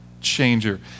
changer